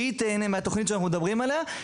ושהיא תהנה מהתוכנית שאנחנו מדברים עליה.